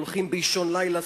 הולכים באישון לילה,